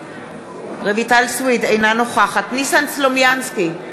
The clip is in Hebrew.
אינה נוכחת ניסן סלומינסקי,